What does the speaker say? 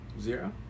zero